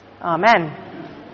Amen